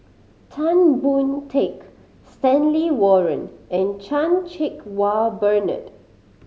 Tan Boon Teik Stanley Warren and Chan Cheng Wah Bernard